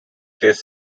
test